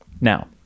Now